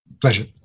Pleasure